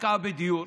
השקעה בדיור.